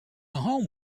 home